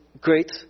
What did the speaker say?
great